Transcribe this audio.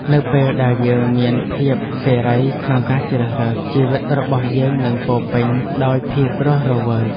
នៅពេលដែលយើងមានភាពសេរីក្នុងការជ្រើសរើស ជីវិតរបស់យើងនឹងពោរពេញដោយភាពរស់រវើក។